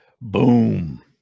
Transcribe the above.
Boom